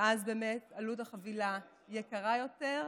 שאז באמת החבילה יקרה יותר,